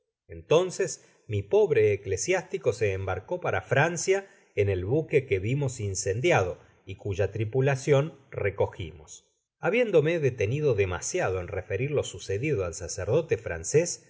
entonces mi pobre eclesiástico se embarcó para francia en el buque que vimos incendiado y cuya tripulacion recogimos habiéndome detenido demasiado en referir lo sucedido al sacerdote francés